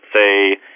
say